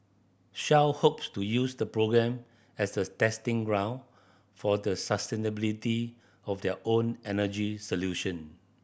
Shell hopes to use the program as a testing ground for the sustainability of their own energy solution